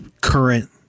current